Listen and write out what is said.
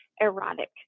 erotic